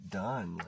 done